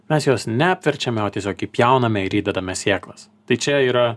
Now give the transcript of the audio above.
mes jos neapverčiame o tiesiog įpjauname ir įdedame sėklas tai čia yra